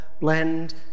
blend